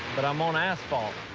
but i'm on asphalt.